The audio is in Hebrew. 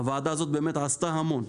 הוועדה הזאת עשתה המון,